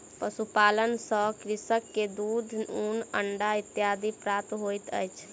पशुपालन सॅ कृषक के दूध, ऊन, अंडा इत्यादि प्राप्त होइत अछि